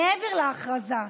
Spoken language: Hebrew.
מעבר להכרזה,